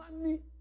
money